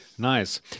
Nice